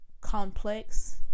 complex